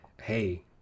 hey